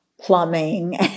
plumbing